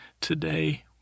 today